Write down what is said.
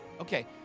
Okay